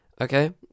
okay